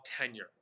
tenure